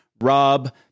Rob